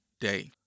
day